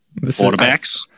quarterbacks